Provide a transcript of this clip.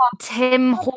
Tim